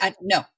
No